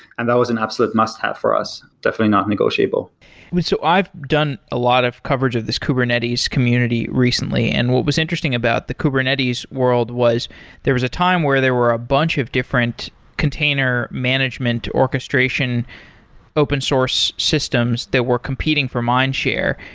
and that was an absolute must have for us, definitely not negotiable so i've done a lot of coverage of this kubernetes community recently, and what was interesting about the kubernetes world was there was a time where there were a bunch of different container management orchestration open source systems that were competing for mindshare,